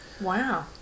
Wow